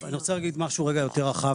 אני רוצה להגיד שנייה משהו טיפה יותר רחב,